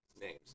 names